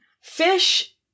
fish